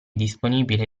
disponibile